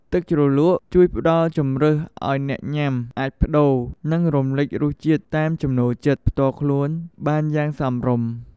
ទឹកជ្រលក់ជួយផ្តល់ជម្រើសឲ្យអ្នកញ៉ាំអាចប្ដូរ និងរំលេចរសជាតិតាមចំណូលចិត្តផ្ទាល់ខ្លួនបានយ៉ាងសមរម្យ។